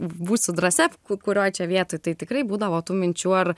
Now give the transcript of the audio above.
būsiu drąsia kurioj čia vietoj tai tikrai būdavo tų minčių ar